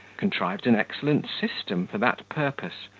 contrived an excellent system for that purpose,